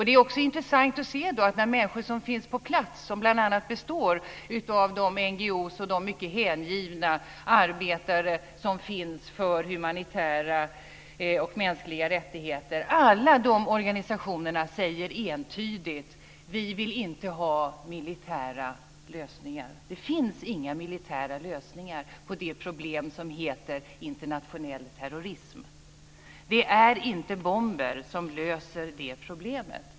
Det är också intressant att höra att alla de människor och organisationer som finns på plats, bl.a. de NGO:er och de mycket hängivna arbetare som finns för humanitära och mänskliga rättigheter, entydigt säger: Vi vill inte ha militära lösningar. Det finns inga militära lösningar på det problem som heter internationell terrorism. Det är inte bomber som löser det problemet.